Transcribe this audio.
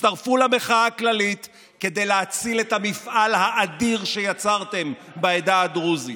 הצטרפו למחאה הכללית כדי להציל את המפעל האדיר שיצרתם בעדה הדרוזית.